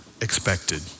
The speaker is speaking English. expected